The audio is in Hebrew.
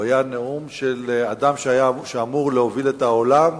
הוא היה נאום של אדם שאמור להוביל את העולם,